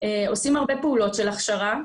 עושים הרבה פעולות של הכשרה.